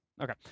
Okay